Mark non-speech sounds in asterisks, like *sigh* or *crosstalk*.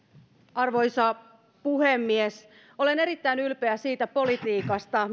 arvoisa puhemies olen erittäin ylpeä siitä politiikasta *unintelligible*